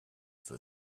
for